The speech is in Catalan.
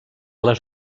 les